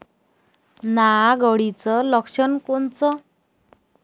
नाग अळीचं लक्षण कोनचं?